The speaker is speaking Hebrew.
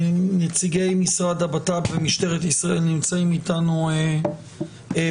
נציגי משרד הבט"פ ומשטרת ישראל נמצאים איתנו בזום.